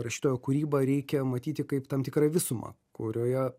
rašytojo kūrybą reikia matyti kaip tam tikrą visumą kurioje